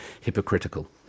hypocritical